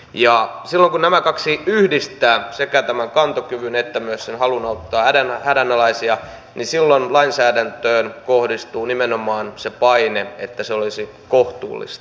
ja silloin kun nämä kaksi yhdistää sekä tämän kantokyvyn että myös sen halun auttaa hädänalaisia niin silloin lainsäädäntöön kohdistuu nimenomaan se paine että se olisi kohtuullista